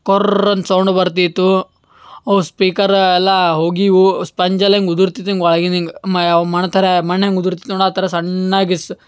ಕೊರ್ರ್ ಅಂತ್ ಸೌಂಡ್ ಬರ್ತಿತ್ತು ಅವು ಸ್ಪೀಕರ ಎಲ್ಲ ಹೋಗಿವೆ ಸ್ಪಂಜೆಲ್ಲ ಹಿಂಗ್ ಉದುರ್ತಿತ್ತು ಹಿಂಗ್ ಒಳಗಿನಿಂಗ ಮಣ್ತರೇ ಮಣ್ಣು ಹೆಂಗೆ ಉದುರ್ತಿತ್ತು ನೋಡಿ ಆ ಥರ ಸಣ್ಣಾಗಿಸ್